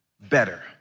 better